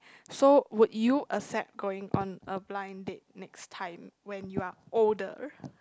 so would you accept on going on a blind date next time when you are older